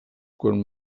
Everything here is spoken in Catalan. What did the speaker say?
quan